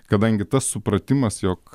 kadangi tas supratimas jog